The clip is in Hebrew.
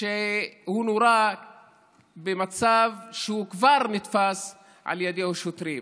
שהוא נורה כשהוא כבר נתפס על ידי השוטרים.